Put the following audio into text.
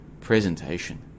presentation